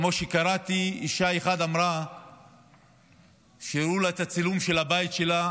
קראתי שכשהראו לאישה אחת את הצילום של הבית שלה,